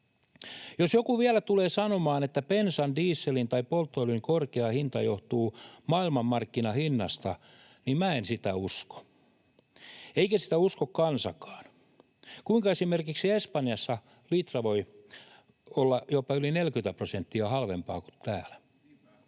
Jos joku vielä tulee sanomaan, että bensan, dieselin tai polttoöljyn korkea hinta johtuu maailmanmarkkinahinnasta, niin minä en sitä usko, eikä sitä usko kansakaan. Kuinka esimerkiksi Espanjassa litra voi olla jopa yli 40 prosenttia halvempaa kuin täällä?